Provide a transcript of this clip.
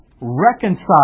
reconcile